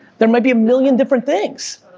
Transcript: there might be a million different things.